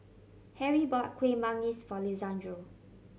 Harrie bought Kuih Manggis for Lisandro